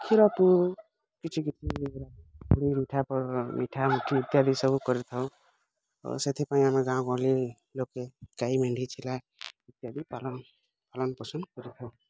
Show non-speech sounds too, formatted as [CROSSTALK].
କ୍ଷୀର ପିଉ କିଛି [UNINTELLIGIBLE] ମିଠା ଇତ୍ୟାଦି ସବୁ କରି ଥାଉ ଆଉ ସେଥିପାଇଁ ଆମେ ଗାଁ ଗହଲି ଲୋକେ ଗାଈ ମେଣ୍ଢି ଛେଲା ଇତ୍ୟାଦି ପାଲନ ପାଲନ ପୋଷଣ କରିଥାଉ